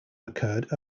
occurred